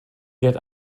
wird